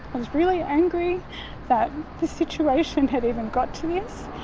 was really angry that the situation had even got to this.